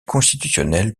constitutionnel